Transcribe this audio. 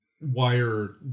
wire